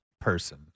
person